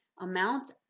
amount